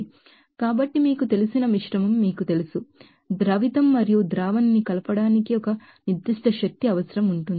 కాబట్టి మీకు తెలిసిన మిశ్రమం మీకు తెలుసు సాల్వెంట్ మరియు సోల్యూట్ని కలపడానికి ఒక నిర్దిష్ట ಎನರ್ಜಿ అవసరం ఉంటుంది